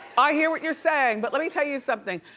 i hear what you're saying, but let me tell you something.